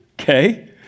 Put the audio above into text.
Okay